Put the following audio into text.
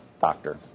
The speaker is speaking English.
doctor